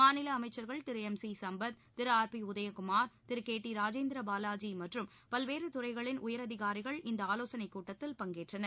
மாநில அமைச்சர்கள் திரு எம் சி சும்பத் திரு ஆர் பி உதயகுமார் திரு கே டி ராஜேந்திரபாவாஜி மற்றும் பல்வேறு துறைகளின் உயர் அதிகாரிகள் இந்த ஆலோசனை கூட்டத்தில் பங்கேற்றனர்